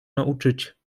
nauczyć